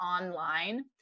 online